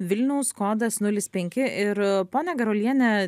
vilniaus kodas nulis penki ir ponia garuoliene